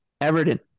Everton